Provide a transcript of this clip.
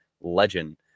legend